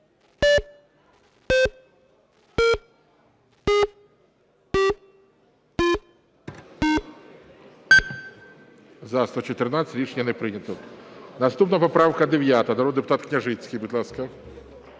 Рішення не прийнято. Наступна поправка 9. Народний депутат Княжицький, будь ласка.